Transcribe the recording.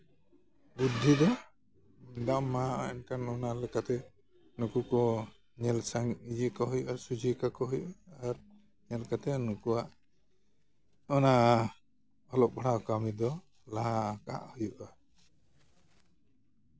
ᱵᱩᱫᱽᱫᱷᱤ ᱫᱚ ᱵᱟᱝᱢᱟ ᱮᱱᱠᱷᱟᱱ ᱚᱱᱟ ᱞᱮᱠᱟᱛᱮ ᱱᱩᱠᱩ ᱠᱚ ᱧᱮᱞ ᱥᱟᱸᱜᱮ ᱤᱭᱟᱹ ᱠᱚ ᱦᱩᱭᱩᱜᱼᱟ ᱥᱚᱡᱷᱮ ᱠᱟᱠᱚ ᱦᱩᱭᱩᱜᱼᱟ ᱟᱨ ᱧᱮᱞ ᱠᱟᱛᱮ ᱱᱩᱠᱩᱣᱟᱜ ᱚᱱᱟ ᱚᱞᱚᱜ ᱯᱟᱲᱦᱟᱣ ᱠᱟᱹᱢᱤ ᱫᱚ ᱞᱟᱦᱟ ᱠᱟᱜ ᱦᱩᱭᱩᱜᱼᱟ